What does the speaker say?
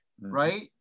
right